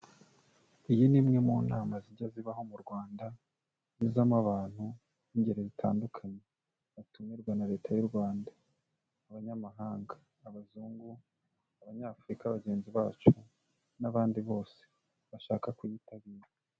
Iyi ni imwe mu nama zijya zibaho mu Rwanda, zizamo abantu b'ingeri zitandukanye batumirwa na Leta y'u rwanda, Abanyamahanga, Abazungu, Abanyafurika bagenzi bacu, n'abandi bose bashaka kuyitabira.